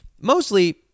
Mostly